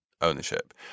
ownership